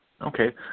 Okay